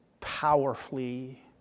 powerfully